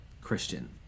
Christian